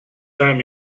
time